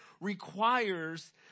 requires